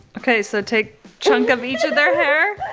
okay, so take chunk of each of their hair,